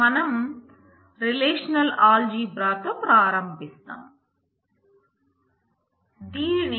మనం రిలేషనల్ ఆల్జీబ్రాతో ప్రారంభిస్తాం